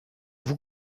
vous